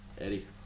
Eddie